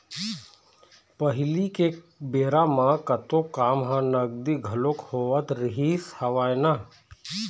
पहिली के बेरा म कतको काम ह नगदी घलोक होवत रिहिस हवय ना